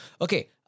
Okay